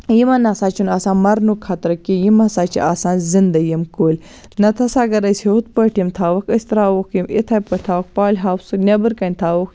یِمن نہ ہسا چھُ آسان مَرنُک خَطرٕ کینٛہہ یِم ہسا چھِ آسان زِنٛدٕ یِم کُلۍ نَتہٕ ہسا اگر أسۍ ہُتھ پٲٹھۍ یِم تھاوہوکھ أسۍ ترٛاوہوکھ یِم یِتھٕے پٲٹھۍ تھاوہوکھ پالہِ ہاوسہٕ نیٚبرٕ کَنۍ تھاوہوکھ